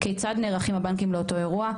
כיצד נערכים הבנקים לאותו אירוע?